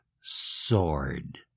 sword